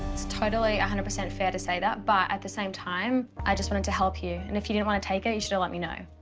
it's totally one hundred percent fair to say that but, at the same time, i just wanted to help you. and if you didn't want to take it, you should've let me know.